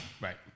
Right